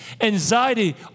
anxiety